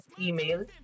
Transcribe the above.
email